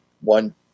one